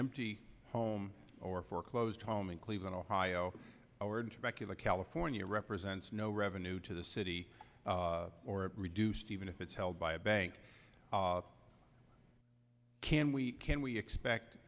empty home or a foreclosed home in cleveland ohio powered back in the california represents no revenue to the city or reduced even if it's held by a bank can we can we expect